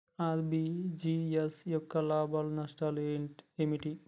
RTGS యొక్క లాభాలు నష్టాలు ఏమిటి?